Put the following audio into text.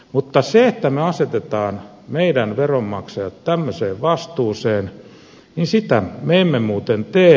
mutta sitä että me asettaisimme meidän veronmaksajamme tämmöiseen vastuuseen me emme muuten tee